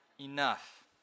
enough